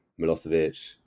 Milosevic